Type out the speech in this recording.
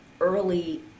early